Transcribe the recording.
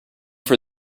for